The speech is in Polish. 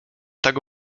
tak